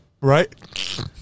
right